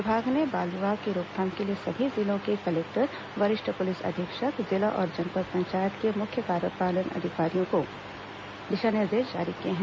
विभाग ने बाल विवाह की रोकथाम के लिए सभी जिलों के कलेक्टर वरिष्ठ पुलिस अधीक्षक जिला और जनपद पंचायत के मुख्य कार्यपालन अधिकारियों को दिशा निर्देश जारी किए हैं